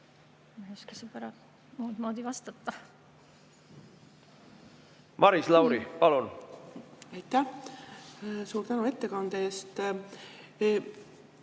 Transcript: Ma ei oska siin praegu muudmoodi vastata. Maris Lauri, palun! Aitäh! Suur tänu ettekande eest!